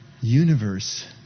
universe